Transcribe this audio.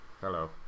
hello